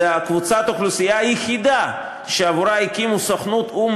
זו קבוצת האוכלוסייה היחידה שעבורה הקימו סוכנות או"ם